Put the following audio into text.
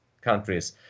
countries